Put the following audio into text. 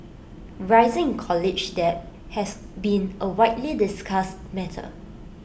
rising college debt has been A widely discussed matter